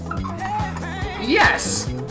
Yes